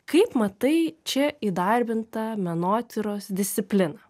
kaip matai čia įdarbintą menotyros discipliną